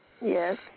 Yes